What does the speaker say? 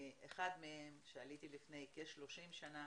אחת מהם, שעליתי לפני כ-30 שנים,